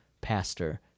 pastor